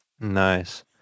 Nice